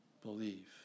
Believe